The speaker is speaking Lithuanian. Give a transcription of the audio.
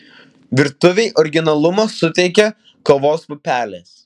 virtuvei originalumo suteikia kavos pupelės